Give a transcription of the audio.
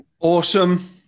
Awesome